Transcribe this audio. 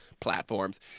platforms